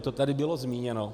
To tady bylo zmíněno.